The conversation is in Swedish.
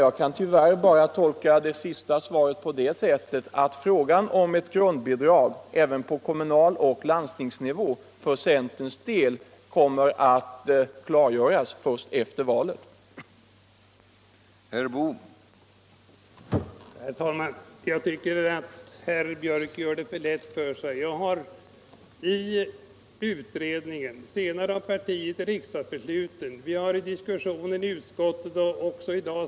Jag kan tyvärr bara tolka det senaste svaret på det sättet att inställningen till ett grundbidrag även på kommunaloch landstingsnivå kommer att klargöras först efter valet för centerns del.